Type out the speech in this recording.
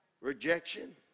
Rejection